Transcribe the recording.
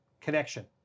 connection